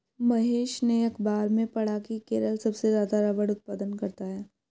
महेश ने अखबार में पढ़ा की केरल सबसे ज्यादा रबड़ उत्पादन करता है